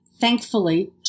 thankfully